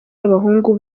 abahungu